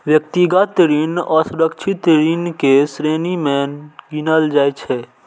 व्यक्तिगत ऋण असुरक्षित ऋण के श्रेणी मे गिनल जाइ छै